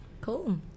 Cool